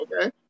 okay